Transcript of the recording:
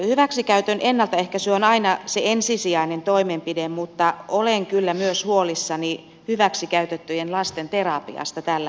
hyväksikäytön ennaltaehkäisy on aina se ensisijainen toimenpide mutta olen kyllä myös huolissani hyväksikäytettyjen lasten terapiasta tällä hetkellä